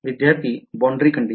विध्यार्ती Boundary condition